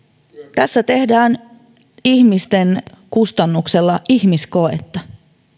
tässä tehdään ihmisten kustannuksella ihmiskoetta